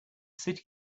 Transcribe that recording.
city